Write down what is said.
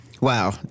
wow